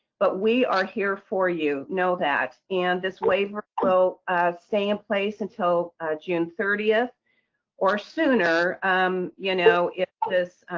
but we are here for you. know that. and this waiver will stay in place until uhh june thirtieth or sooner umm you know, if this.